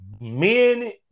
men